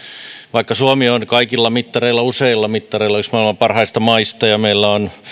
vaikka suomi on kaikilla mittareilla useilla mittareilla yksi maailman parhaista maista ja meillä on